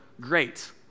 great